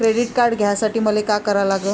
Credit card घ्यासाठी मले का करा लागन?